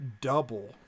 double